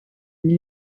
nie